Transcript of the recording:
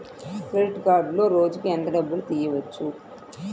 Credit కార్డులో రోజుకు ఎంత డబ్బులు తీయవచ్చు?